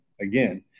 again